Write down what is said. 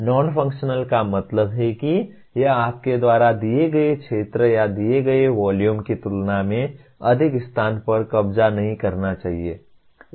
non functional का मतलब है कि यह आपके द्वारा दिए गए क्षेत्र या दिए गए वॉल्यूम की तुलना में अधिक स्थान पर कब्जा नहीं करना चाहिए